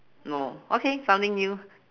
no okay something new